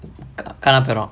காணா போயிருவான்:kaanaa poyiruvaan